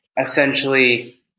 essentially